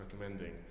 recommending